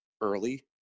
early